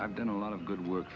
i've done a lot of good work